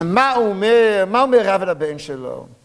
מה אומר, מה אומר רב לבן שלו?